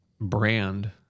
brand